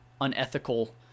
unethical